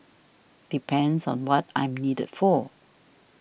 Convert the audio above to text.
depends on what I'm needed for